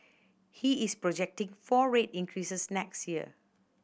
he is projecting four rate increases next year